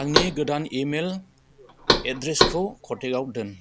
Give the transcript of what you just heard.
आंनि गोदान इमेल एद्रेसखौ कन्टेकाव दोन